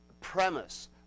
premise